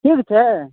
ठीक छै